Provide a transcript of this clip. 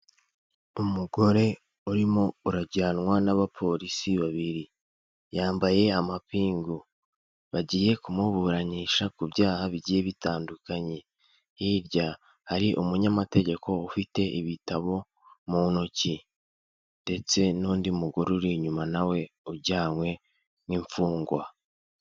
Umugore urimo urajyanwa n'abapolisi babiri yambaye amapingu bagiye kumuburanisha ku byaha bigiye bitandukanye, hirya hari umunyamategeko ufite ibitabo mu ntoki ndetse n'undi mugore uri inyuma nawe ujyanywe nk'imfungwa.